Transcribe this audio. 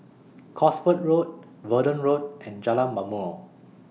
Cosford Road Verdun Road and Jalan Ma'mor